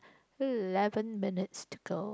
eleven minutes to go